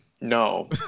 no